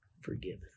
forgiven